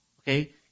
Okay